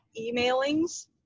emailings